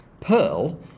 Pearl